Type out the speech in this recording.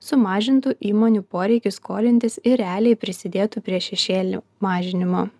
sumažintų įmonių poreikį skolintis ir realiai prisidėtų prie šešėlių mažinimo